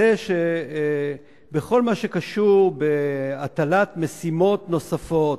שבכל מה שקשור בהטלת משימות נוספות,